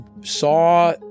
saw